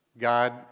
God